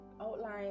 outline